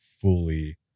fully